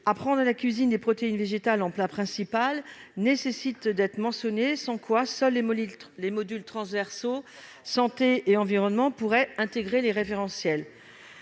Apprendre à cuisiner des protéines végétales en plat principal nécessite d'être mentionné, sans quoi seuls les modules transversaux santé et environnement pourraient intégrer les référentiels.